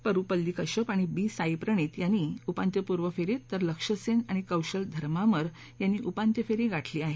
परुपल्ली कश्यप आणि बी साईप्रणीत यांनी उपांत्यपूर्व फेरीत तर लक्ष्य सेन आणि कौशल धर्मामर यांनी उपांत्य फेरी गाठली आहे